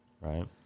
Right